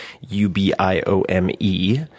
U-B-I-O-M-E